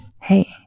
hey